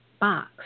box